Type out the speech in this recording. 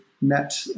met